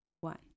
one